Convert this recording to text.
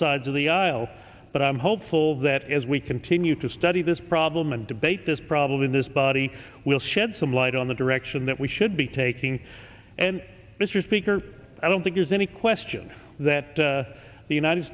sides of the aisle but i'm hopeful that as we continue to study this problem and debate this problem in this body will shed some light on the direction that we should be taking and mr speaker i don't think there's any question that the united